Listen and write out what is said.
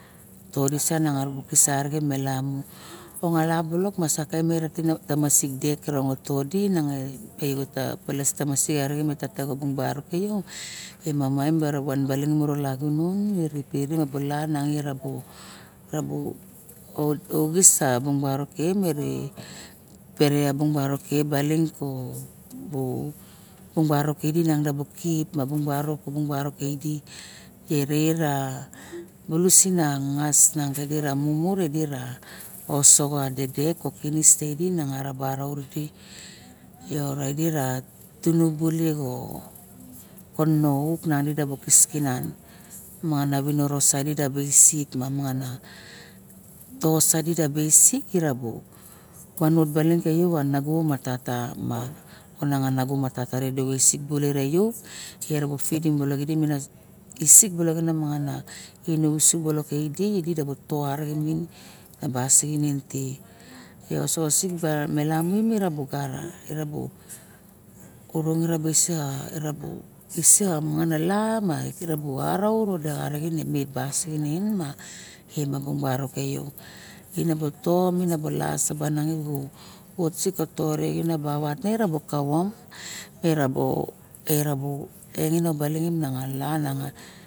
Todisa nanga marabe kisa arixen me lamu tong nalap balok sakin mara tanasik de todi nang e tata balus tamasik tata bung barok kano mem mai ima mai okis abung pere beng barok kisi mearing kip ma ma bung barok ke idi ra balus ana ngas idi xauoso a depek u kinis te idi rar barok tuni buli xonop mon xisip mangan viniro vosiok ma ma nago mo tata visik bule re yu te bu pulik kisik balok anamangan ra kavin suk ka idi over rixen mem mana manganala na ire bu arouse rixen imen ma bu barok ke yo erob erob